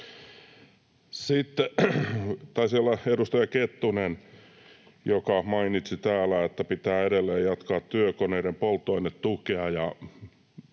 Sitten taisi olla edustaja Kettunen, joka mainitsi täällä, että pitää edelleen jatkaa työkoneiden polttoainetukea.